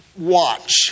watch